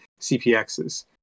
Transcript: CPXs